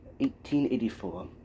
1884